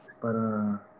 para